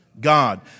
God